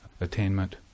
attainment